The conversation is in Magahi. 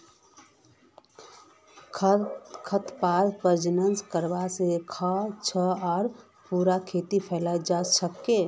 खरपतवार प्रजनन करवा स ख छ आर पूरा खेतत फैले जा छेक